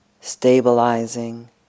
stabilizing